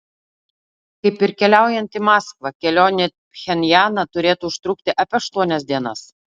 kaip ir keliaujant į maskvą kelionė į pchenjaną turėtų užtrukti apie aštuonias dienas